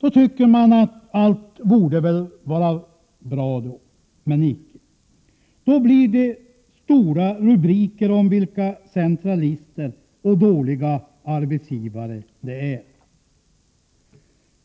Då borde väl allt vara bra — men icke! I stället blir det stora rubriker om vilka centralister och dåliga arbetsgivare jordbrukarna är.